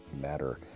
matter